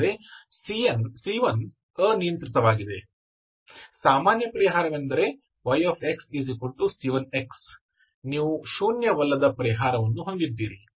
ಆದ್ದರಿಂದ ಸಾಮಾನ್ಯ ಪರಿಹಾರವೆಂದರೆ yxc1x ನೀವು ಶೂನ್ಯವಲ್ಲದ ಪರಿಹಾರವನ್ನು ಹೊಂದಿದ್ದೀರಿ